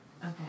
Okay